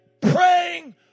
praying